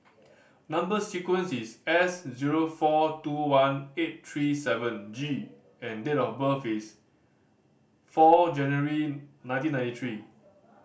number sequence is S zero four two one eight three seven G and date of birth is four January nineteen ninety three